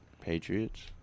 Patriots